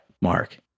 Mark